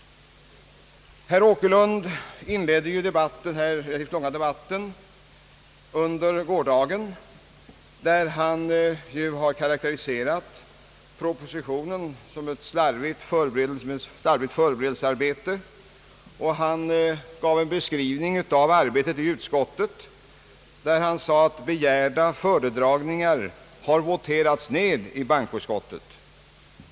Herr Åkerlund inledde den långa debatten under gårdagen med att karakterisera propositionen som ett slarvigt förberedelsearbete. Han gav en beskrivning av arbetet i utskottet, och han sade att begärda föredragningar voterades ned.